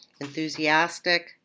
enthusiastic